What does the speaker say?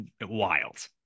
wild